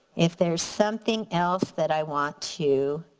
if there's something else that i want to